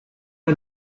der